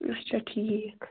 اچھا ٹھیٖک